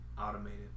automated